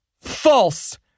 False